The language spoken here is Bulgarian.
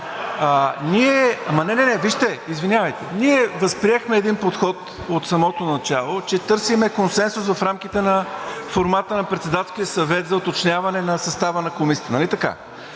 Ние... Ама, не, не, вижте, извинявайте, ние възприехме един подход от самото начало, че търсим консенсус в рамките на формата на Председателския съвет за уточняване на състава на комисиите, нали така?